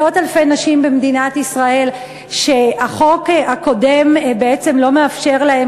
מאות אלפי נשים במדינת ישראל שהחוק הקודם לא מאפשר להן,